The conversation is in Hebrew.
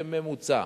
בממוצע.